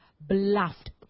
bluffed